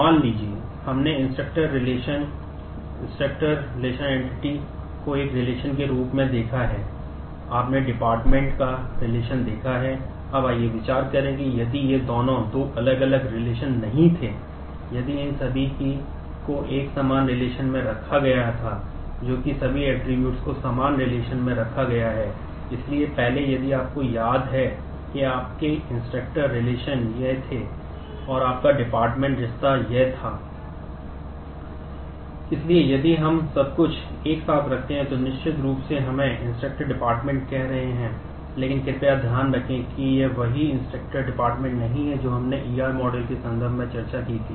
मान लीजिए हमने इंस्ट्रक्टर के संदर्भ में चर्चा की थी